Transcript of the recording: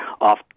off